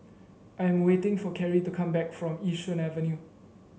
I am waiting for Kerrie to come back from Yishun Avenue